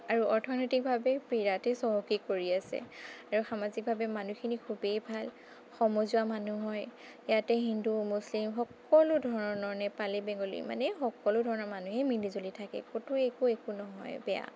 আৰু অৰ্থনৈতিকভাৱে বিৰাতে চহকী কৰি আছে আৰু সামাজিকভাৱে মানুহখিনি খুবেই ভাল সমজুৱা মানুহ হয় ইয়াতে হিন্দু মুছলিম সকলো ধৰণৰ নেপালী বেংগলী মানে সকলো ধৰণৰ মানুহেই মিলিজুলি থাকে ক'তো একো একো নহয় বেয়া